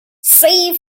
see